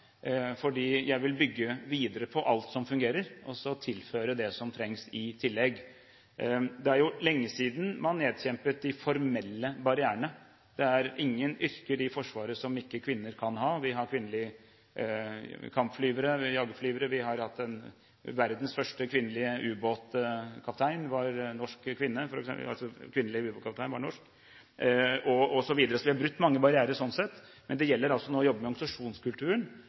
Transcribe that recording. Jeg vil bygge videre på alt som fungerer, og så tilføre det som trengs. Det er lenge siden man nedkjempet de formelle barrierene. Det er ingen yrker i Forsvaret som ikke kvinner kan ha. Vi har kvinnelige kampflyvere. Vi har kvinnelige jagerflyvere. Verdens første kvinnelige ubåtkaptein var norsk, osv. Så vi har brutt mange barrierer, slik sett. Men det gjelder nå å jobbe med organisasjonskulturen,